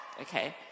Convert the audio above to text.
okay